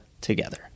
together